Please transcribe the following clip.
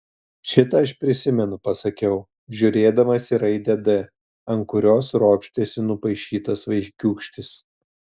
šitą aš prisimenu pasakiau žiūrėdamas į raidę d ant kurios ropštėsi nupaišytas vaikiūkštis